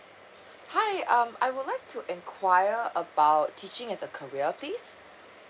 hi um I would like to enquire about teaching as a career please